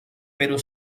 pero